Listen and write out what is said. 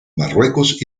marruecos